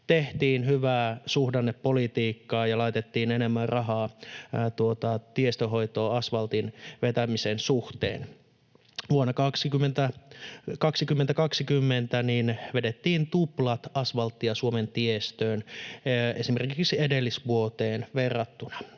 tehtiin hyvää suhdannepolitiikkaa ja laitettiin enemmän rahaa tiestön hoitoon asvaltin vetämisen suhteen. Vuonna 2020 vedettiin tuplat asvalttia Suomen tiestöön esimerkiksi edellisvuoteen verrattuna.